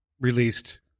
released